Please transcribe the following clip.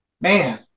man